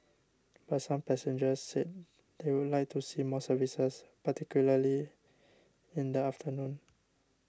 but some passengers said they would like to see more services particularly in the afternoon